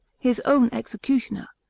his own executioner,